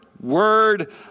word